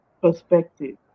perspective